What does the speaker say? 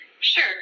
Sure